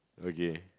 okay